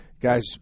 guys